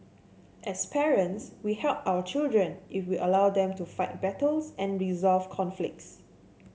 as parents we help our children if we allow them to fight battles and resolve conflicts